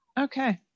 Okay